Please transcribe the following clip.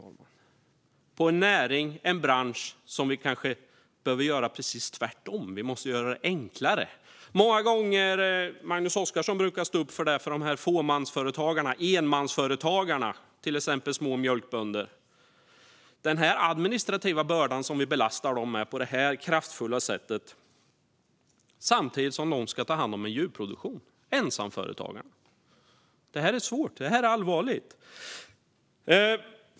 Det här har skett i en näring, en bransch, där vi kanske behöver göra precis tvärtom. Vi måste göra det enklare. Magnus Oscarsson brukar stå upp när det gäller detta för fåmansföretagarna, enmansföretagarna, till exempel små mjölkbönder. Den administrativa börda som vi belastar dem med på det här kraftfulla sättet är tung för dem som samtidigt ska ta hand om en djurproduktion och är ensamföretagare. Det här är svårt, och det är allvarligt.